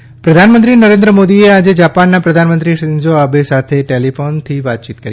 Modi Japan PM પ્રધાનમંત્રી નરેન્દ્ર મોદીએ આજે જાપાનના પ્રધાનમંત્રી શિન્ઝો આબે સાથે ટેલિફોનથી વાતચીત કરી